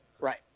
Right